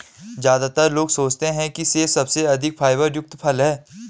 ज्यादातर लोग सोचते हैं कि सेब सबसे अधिक फाइबर युक्त फल है